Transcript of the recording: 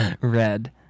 Red